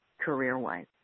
career-wise